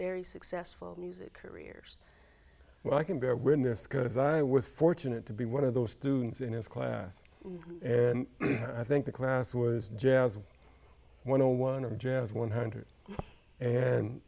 very successful music careers when i can bear witness curtis i was fortunate to be one of those students in his class and i think the grass was jazz one o one of jazz one hundred and